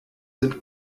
sind